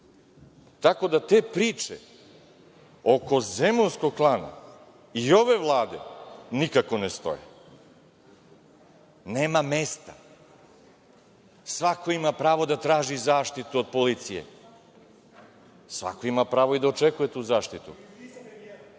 da te priče oko „zemunskog klana“ i ove Vlade nikako ne stoje, nema mesta. Svako ima pravo da traži zaštitu od policije, svako ima pravo da očekuje i tu